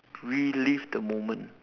relive the moment